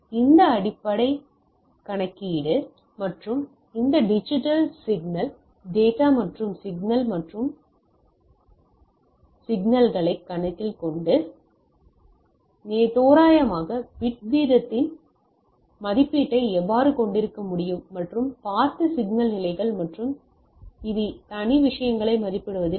இந்த அடிப்படை கணக்கீடு மற்றும் இந்த டிஜிட்டல் சிக்னல் டிஜிட்டல் டேட்டா மற்றும் சிக்னல் மற்றும் சிக்னல்கள் கருத்தில் கொண்டு தோராயமான பிட் வீதத்தின் மதிப்பீட்டை எவ்வாறு கொண்டிருக்க முடியும் மற்றும் பார்த்த சிக்னல் நிலைகள் மற்றும் இது தனி விஷயங்களை மதிப்பிடுவதில் உதவும்